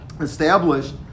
established